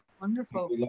Wonderful